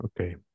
Okay